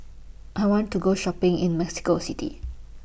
I want to Go Shopping in Mexico City